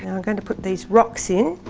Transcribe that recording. i'm going to put these rocks in,